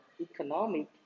economic